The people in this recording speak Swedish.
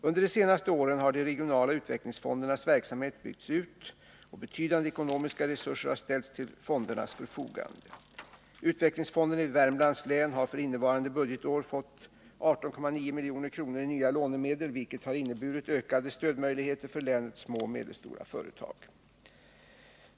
Under de senaste åren har de regionala utvecklingsfondernas verksamhet byggts ut och betydande ekonomiska resurser har ställts till fondernas förfogande. Utvecklingsfonden i Värmlands län har för innevarande budgetår fått 18,9 milj.kr. i nya lånemedel, vilket har inneburit ökade stödmöjligheter för länets små och medelstora företag.